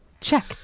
check